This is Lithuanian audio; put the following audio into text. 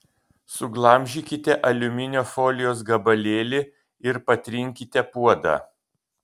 suglamžykite aliuminio folijos gabalėlį ir patrinkite puodą